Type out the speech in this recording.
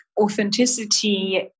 authenticity